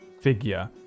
figure